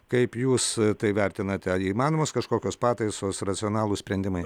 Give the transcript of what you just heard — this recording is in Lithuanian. kaip jūs tai vertinate įmanomos kažkokios pataisos racionalūs sprendimai